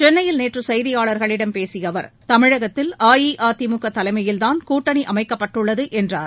சென்னையில் நேற்று செய்தியாளர்களிடம் பேசிய அவர் தமிழகத்தில் அஇஅதிமுக தலைமையில்தான் கூட்டணி அமைக்கப்பட்டுள்ளது என்றார்